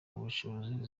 ubushobozi